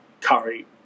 Curry